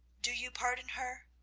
do you pardon her?